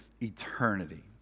eternity